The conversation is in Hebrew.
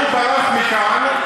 שהוא ברח מכאן,